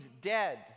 dead